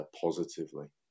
positively